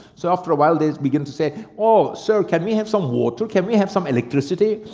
so after awhile, they begin to say, oh, sir. can we have some water? can we have some electricity?